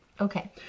okay